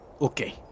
Okay